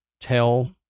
tell